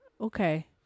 Okay